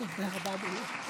תודה רבה, אדוני.